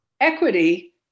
Equity